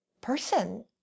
person